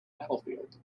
battlefield